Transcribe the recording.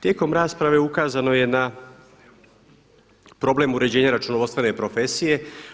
Tijekom rasprave ukazano je na problem uređenja računovodstvene profesije.